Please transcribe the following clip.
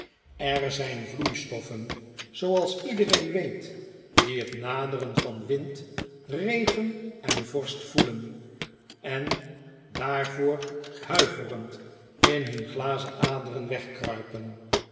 er zijn vloeistoffen zooals iedereen weet die het naderen van wind regen en vorst voelen en daarvoor huiverend in hun glazen aderen wegkruipen